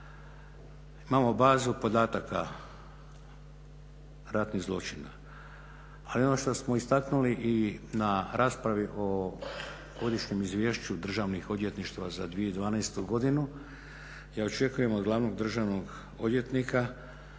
Imamo bazu podataka ratnih zločina, ali ono što smo istaknuli i na raspravi o godišnjem izvješću državnih odvjetništava za 2012. godinu, ja očekujem od glavnog državnog odvjetnika